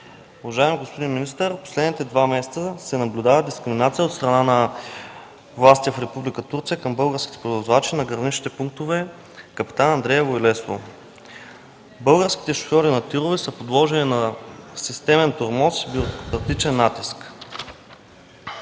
Уважаеми господин министър, през последните два месеца се наблюдава дискриминация от страна на властите в Република Турция към българските превозвачи на граничните пунктове Капитан Андреево и Лесово. Българските шофьори на ТИР-ове са подложени на системен тормоз и бюрократичен натиск.